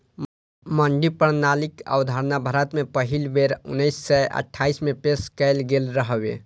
मंडी प्रणालीक अवधारणा भारत मे पहिल बेर उन्नैस सय अट्ठाइस मे पेश कैल गेल रहै